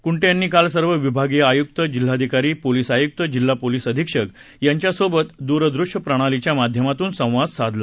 कुंटे यांनी काल सर्व विभागीय आयुक्त जिल्हाधिकारी पोलिस आयुक्त जिल्हा पोलिस अधीक्षक यांच्यासोबत दूरदृष्यप्रणालीच्या माध्यमातून संवाद साधला